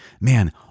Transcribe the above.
man